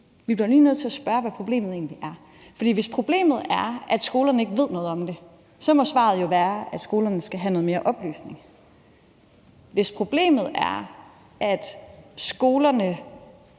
vi lige bliver nødt til at spørge, hvad problemet egentlig er. For hvis problemet er, at skolerne ikke ved noget om det, må svaret jo være, at skolerne skal have noget mere oplysning. Hvis problemet er, at skolerne